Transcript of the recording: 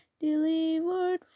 delivered